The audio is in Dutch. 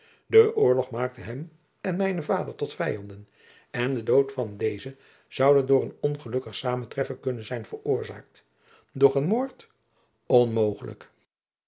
de oorlog maakte hem en mijnen vader tot vijanden en de dood van dezen zoude door een ongelukkig samentreffen kunnen zijn veroorzaakt doch een moord onmogelijk